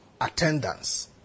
attendance